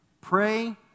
pray